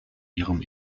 ihrem